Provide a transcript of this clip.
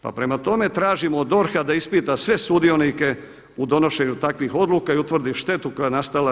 Pa prema tome, tražim od DORH-a da ispita sve sudionike u donošenju takvih odluka i utvrdi štetu koja je nastala RH.